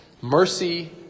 Mercy